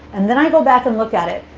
and then i go back and look at it.